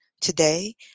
Today